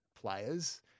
players